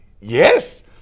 Yes